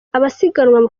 abasiganwa